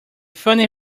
funny